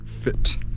fit